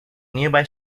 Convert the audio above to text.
nearby